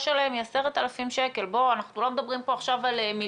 שלהם היא 10,000 שקל אנחנו לא מדברים על מיליונים,